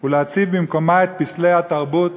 ולהציב במקומה את פסלי התרבות